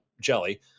jelly